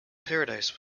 paradise